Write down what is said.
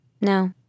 No